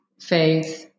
faith